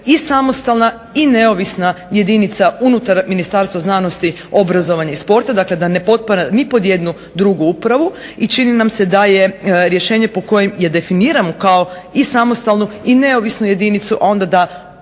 i samostalna i neovisna jedinica unutar Ministarstva znanosti, obrazovanja i sporta dakle da ne potpada ni pod jednu drugu upravu, i čini nam se da je rješenje po kojem definiramo i samostalnu i neovisnu jedinicu onda da